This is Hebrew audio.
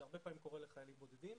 הרבה פעמים זה קורה לחיילים בודדים,